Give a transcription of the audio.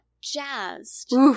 jazzed